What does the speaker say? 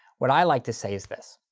what i like to say is this.